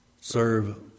Serve